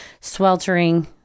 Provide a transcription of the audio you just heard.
sweltering